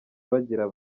bagira